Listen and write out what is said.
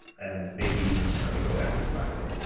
and maybe even start to go extragalactic.